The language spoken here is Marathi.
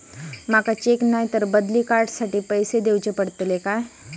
माका चेक नाय तर बदली कार्ड साठी पैसे दीवचे पडतले काय?